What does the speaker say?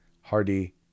Hardy